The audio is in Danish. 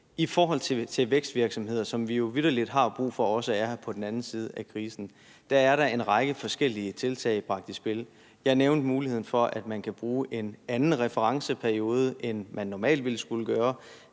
for også er her på den anden side af krisen, er der en række forskellige tiltag bragt i spil. Jeg nævnte muligheden for, at man kunne bruge en anden referenceperiode, end man normalt ville skulle gøre,